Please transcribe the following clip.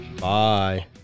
Bye